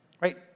Right